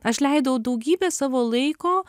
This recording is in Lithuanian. aš leidau daugybę savo laiko